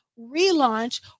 relaunch